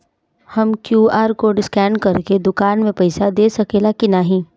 हम QR code scan करके दुकान में पईसा दे सकेला की नाहीं?